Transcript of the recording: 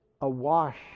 awash